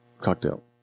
cocktail